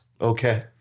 Okay